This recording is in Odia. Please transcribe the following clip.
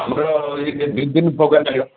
ଆମର ଏଇ ଦୁଇ ଦିନ ପ୍ରୋଗ୍ରାମ୍ ଚାଲିବ